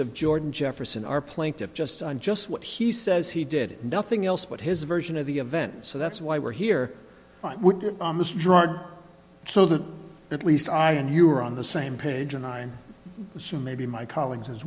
of jordan jefferson our plaintiffs just on just what he says he did nothing else but his version of the event so that's why we're here on this drug so that at least i and you are on the same page and i assume maybe my colleagues as